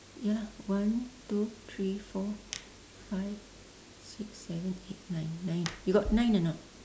ya lah one two three four five six seven eight nine nine you got nine or not